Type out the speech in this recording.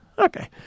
Okay